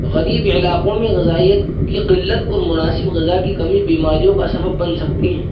غریب علاقوں میں غذائیت کی قلت اور مناسب غذا کی کمی بیماریوں کا سبب بن سکتی ہیں